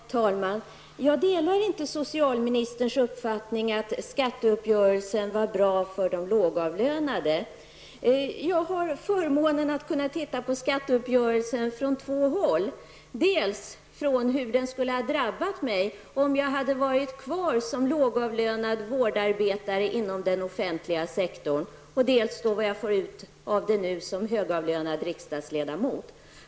Herr talman! Jag delar inte socialministerns uppfattning att skatteuppgörelsen var bra för de lågavlönade. Jag har förmånen att kunna se skatteuppgörelsen från två håll. Jag kan se dels hur den skulle ha drabbat mig om jag hade varit kvar som lågavlönad vårdarbetare inom den offentliga sektorn, dels vad jag får ut av den nu, som högavlönad riksdagsledamot.